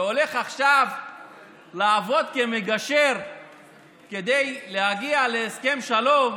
והולך עכשיו לעבוד כמגשר כדי להגיע להסכם שלום.